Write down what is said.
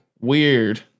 weird